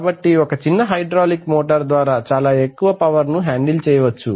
కాబట్టి ఒక చిన్న హైడ్రాలిక్ మోటార్ ద్వారా చాలా ఎక్కువ పవర్ ను హ్యాండిల్ చేయవచ్చు